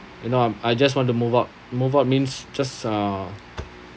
you know I'm I just want to move out move out means just uh